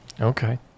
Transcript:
okay